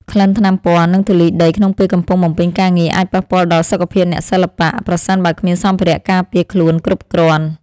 ក្លិនថ្នាំពណ៌ និងធូលីដីក្នុងពេលកំពុងបំពេញការងារ អាចប៉ះពាល់ដល់សុខភាពអ្នកសិល្បៈ ប្រសិនបើគ្មានសម្ភារៈការពារខ្លួនគ្រប់គ្រាន់។